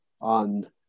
on